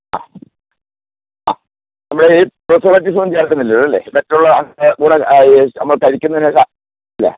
അ അ നമ്മൾ ഈ പ്രിസെർവേറ്റീവ്സ് ഒന്നും ചേർക്കുന്നില്ലല്ലോ അല്ലേ മറ്റുള്ള കൂടെ ഈ നമ്മൾ കഴിക്കുന്നതിനൊക്കെ ഇല്ല